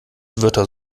wörter